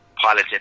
pilot